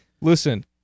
Listen